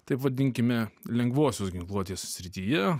taip vadinkime lengvosios ginkluotės srityje